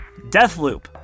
Deathloop